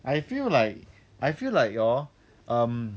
I feel like I feel like hor um